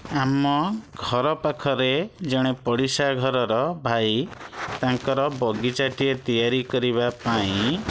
ଆମ ଘର ପାଖରେ ଜଣେ ପଡ଼ିଶା ଘରର ଭାଇ ତାଙ୍କର ବଗିଚାଟିଏ ତିଆରି କରିବା ପାଇଁ